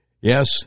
yes